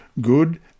good